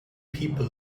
people